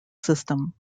system